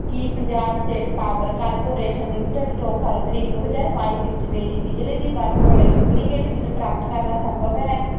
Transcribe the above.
ਕੀ Punjab state power corporation limited ਤੋਂ ਫਰਵਰੀ ਦੋ ਹਜ਼ਾਰ ਬਾਈ ਵਿੱਚ ਮੇਰੀ ਬਿਜਲੀ ਦੀ ਵਰਤੋਂ ਲਈ ਡੁਬਲੀਕੇਟ ਬਿੱਲ ਪ੍ਰਾਪਤ ਕਰਨਾ ਸੰਭਵ ਹੈ